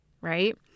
right